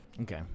Okay